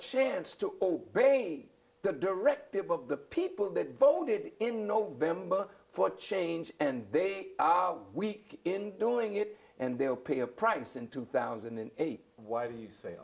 chance to obey the directive of the people that voted in november for change and they are weak in doing it and they will pay a price in two thousand and eight why you say